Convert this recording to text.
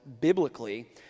biblically